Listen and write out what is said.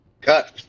Cut